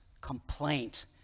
complaint